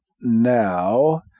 now